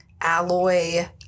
alloy